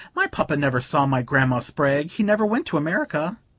my papa never saw my grandma spragg. he never went to america.